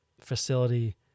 facility